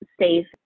safe